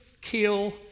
kill